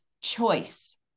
choice